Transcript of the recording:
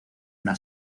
una